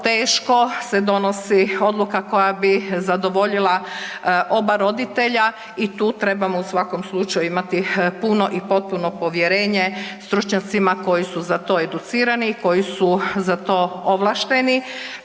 teško se donosi odluka koja bi zadovoljila oba roditelja i tu trebamo u svakom slučaju imati puno i potpuno povjerenje stručnjacima koji su za to educirani i koji su za to ovlašteni.